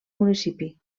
municipi